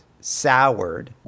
soured